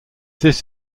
this